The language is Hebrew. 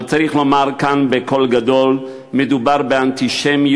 אבל צריך לומר כאן בקול גדול: מדובר באנטישמיות